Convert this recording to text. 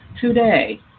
today